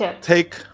take